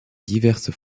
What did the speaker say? diverses